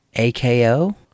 AKO